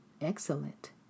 excellent